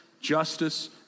justice